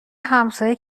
همسایه